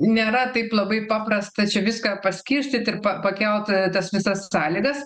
nėra taip labai paprasta čia viską paskirstyt ir pakelt tas visas sąlygas